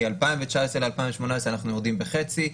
מ-2019 ל-2018 אנחנו יורדים בחצי,